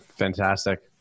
fantastic